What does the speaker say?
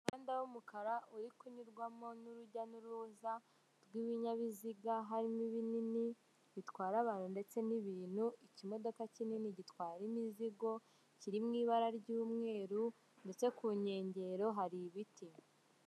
Umuhanda w'umukara uri kunyurwamo n'urujya n'uruza rw'ibinyabiziga. Harimo ibinini bitwara abantu n'ibintu, ikimodoka kinini gitwara imizigo, kiri mu ibara ry'umweru, ndetse ku nkengero hari ibiti.